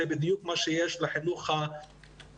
זה בדיוק מה שיש לחינוך הממלכתי-דתי.